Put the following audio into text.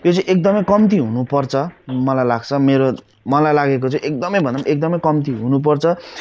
यो चाहिँ एकदमै कम्ती हुनु पर्छ मलाई लाग्छ मेरो मलाई लागेको चाहिँ एकदमै भन्दा एकदमै कम्ती हुनु पर्छ